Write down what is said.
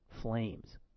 flames